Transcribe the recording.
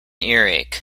earache